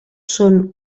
són